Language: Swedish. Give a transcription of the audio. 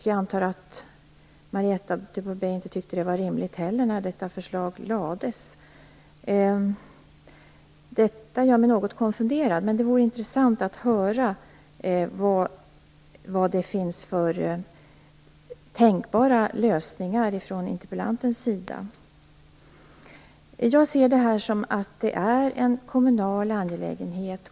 Jag antar att hon inte heller tyckte att detta var rimligt då förslaget lades fram. Här blir jag något konfunderad. Det vore intressant att höra vilka tänkbara lösningar som finns från interpellantens sida. Jag ser detta som en kommunal angelägenhet.